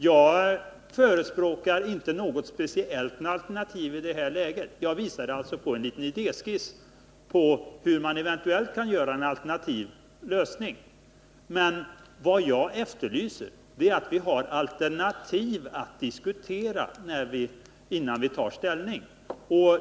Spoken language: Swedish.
Jag förespråkar inte något speciellt alternativ, utan jag visade en idéskiss över hur man eventuellt kan tänka sig en alternativ lösning. Vad jag efterlyser är att vi får alternativ att diskutera innan vi tar ställning.